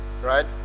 Right